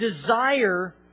desire